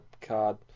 card